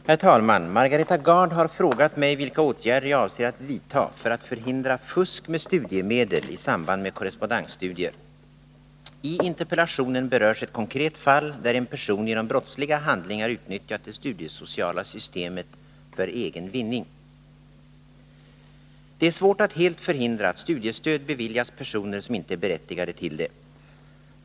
Herr talman! Margareta Gard har frågat mig vilka åtgärder jag avser att vidta för att förhindra fusk med studiemedel i samband med korrespondensstudier. I interpellationen berörs ett konkret fall där en person genom brottsliga handlingar utnyttjat det studiesociala systemet för egen vinning. Det är svårt att helt förhindra att studiestöd beviljas personer som inte är berättigade till det.